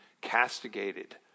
castigated